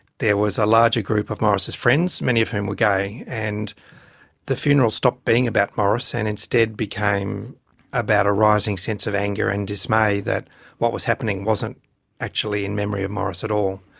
there was a larger group of morris's friends, many of whom were gay. and the funeral stopped being about morris and instead became about a rising sense of anger and dismay that what was happening wasn't actually in memory of morris at all.